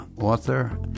author